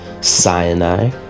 Sinai